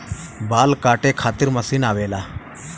बाल काटे खातिर मशीन आवेला